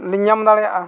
ᱞᱤᱧ ᱧᱟᱢ ᱫᱟᱲᱮᱭᱟᱜᱼᱟ